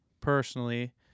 personally